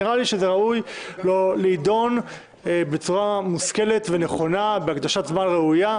נראה לי שזה ראוי להידון בצורה מושכלת ונכונה בהקדשת הזמן הראויה,